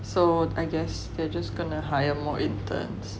so I guess they're just gonna hire more interns